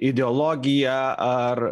ideologija ar